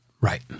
Right